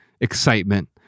excitement